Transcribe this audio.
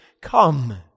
come